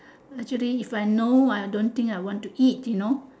actually if I know I don't think I want to eat you know